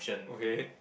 okay